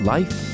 Life